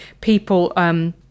people